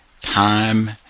time